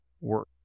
work